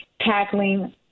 tackling